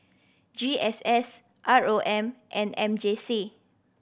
G S S R O M and M J C